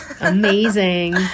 Amazing